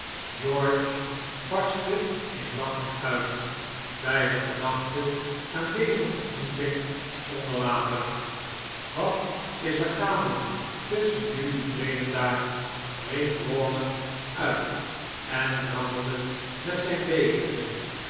george barstte in lachen uit bij de gedachte aan deze ontmoeting onder water wat is er gaande tusschen jelui tweeen daar riep rawdon uit en rammelde met zijn bekertje